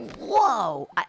whoa